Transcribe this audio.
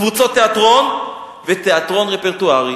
קבוצות תיאטרון ותיאטרון רפרטוארי,